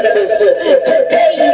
Today